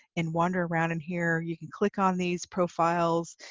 and wander around in here. you can click on these profiles.